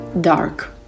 dark